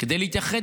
כדי להתייחד,